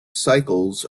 cycles